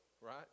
right